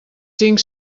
cinc